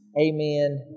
Amen